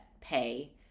pay